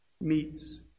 meets